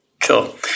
cool